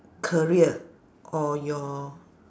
career or your